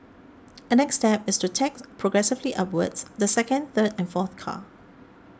a next step is to tax progressively upwards the second third and fourth car